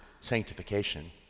sanctification